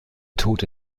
tote